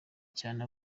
cyane